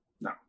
No